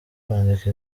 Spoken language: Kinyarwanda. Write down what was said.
kwandika